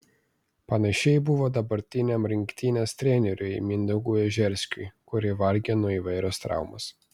panašiai buvo dabartiniam rinktinės treneriui mindaugui ežerskiui kurį vargino įvairios traumos